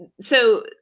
so-